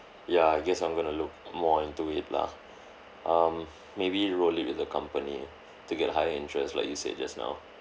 ya I guess I'm going to look more into it lah um maybe roll it with the company to get higher interest like you said just now